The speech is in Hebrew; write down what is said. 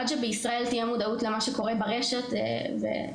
עד שבישראל תהיה מודעות למה שקורה ברשת ולמה